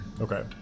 okay